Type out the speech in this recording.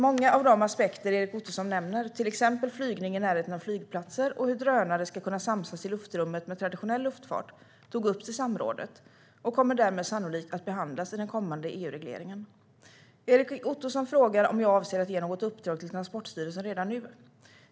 Många av de aspekter som Erik Ottoson nämner, till exempel flygning i närheten av flygplatser och hur drönare ska kunna samsas i luftrummet med traditionell luftfart, togs upp i samrådet och kommer därmed sannolikt att behandlas i den kommande EU-regleringen. Erik Ottoson frågar om jag avser att ge något uppdrag till Transportstyrelsen redan nu.